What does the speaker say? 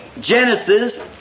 Genesis